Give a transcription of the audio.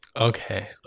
okay